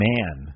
Man